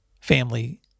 family